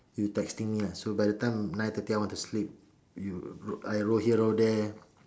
you texting me lah so by the time nine thirty I want to sleep you I roll here roll there